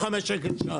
45 שקלים שעה.